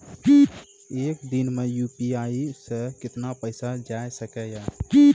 एक दिन मे यु.पी.आई से कितना पैसा जाय सके या?